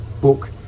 book